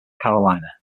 carolina